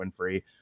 Winfrey